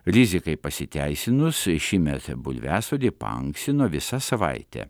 rizikai pasiteisinus šįmet bulviasodį paankstino visa savaite